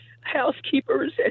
housekeepers